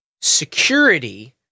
security